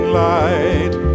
light